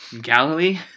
Galilee